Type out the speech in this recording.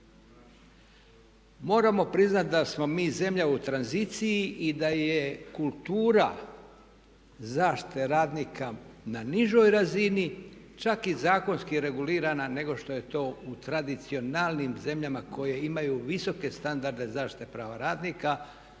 Moramo priznati da smo mi zemlja u tranziciji i da je kultura zaštite radnika na nižoj razini čak i zakonski regulirana nego što je to u tradicionalnim zemljama koje imaju visoke standarde zaštite prava radnika